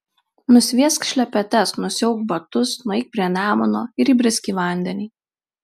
nusviesk šlepetes nusiauk batus nueik prie nemuno ir įbrisk į vandenį